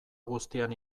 guztian